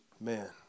Man